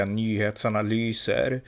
nyhetsanalyser